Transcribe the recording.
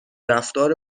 رفتار